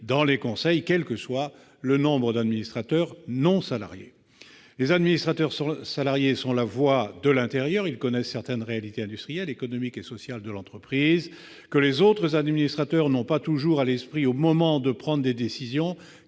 d'administration, quel que soit le nombre d'administrateurs non salariés. Les administrateurs salariés sont la voix de l'intérieur : ils connaissent certaines réalités industrielles, économiques et sociales de l'entreprise que les autres administrateurs n'ont pas toujours à l'esprit au moment de prendre des décisions